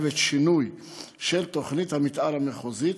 מחייבים שינוי של תוכנית המתאר המחוזית,